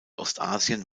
ostasien